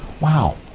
wow